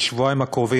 בשבועיים הקרובים,